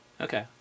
okay